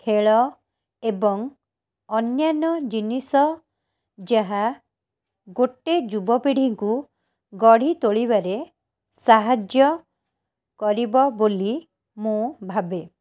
ଖେଳ ଏବଂ ଅନ୍ୟାନ୍ୟ ଜିନିଷ ଯାହା ଗୋଟେ ଯୁବପିଢ଼ିଙ୍କୁ ଗଢ଼ିତୋଳିବାରେ ସାହାଯ୍ୟ କରିବ ବୋଲି ମୁଁ ଭାବେ